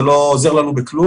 זה לא עוזר לנו בכלום.